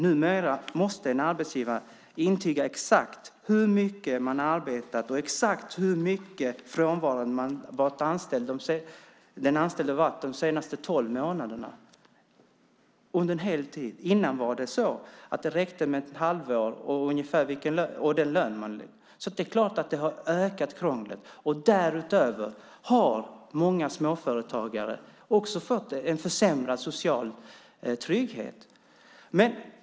Numera måste en arbetsgivare intyga exakt hur mycket den anställde arbetat och exakt hur mycket den anställde varit frånvarande de senaste tolv månaderna, alltså under ett helt år. Tidigare räckte det med ett halvår och uppgift om den lön som den anställde hade. Det är klart att det har ökat krånglet. Dessutom har många småföretagare fått försämrad social trygghet.